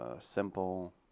Simple